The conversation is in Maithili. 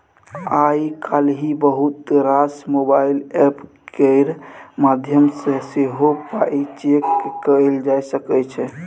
आइ काल्हि बहुत रास मोबाइल एप्प केर माध्यमसँ सेहो पाइ चैक कएल जा सकै छै